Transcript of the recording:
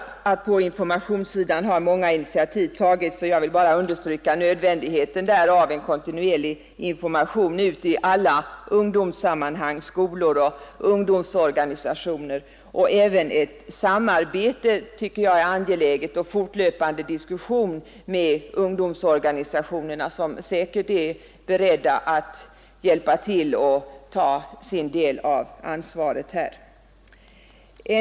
Vad informationssidan beträffar har en del initiativ tagits, och där vill jag understryka nödvändigheten av en kontinuerlig information ut till alla skolor och ungdomsorganisationer. Jag anser också att det är angeläget med samarbete och fortlöpande diskussioner med ungdomsorganisationerna, vilka säkert är beredda att hjälpa till och ta sin del av ansvaret i det stycket.